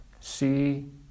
see